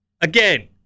Again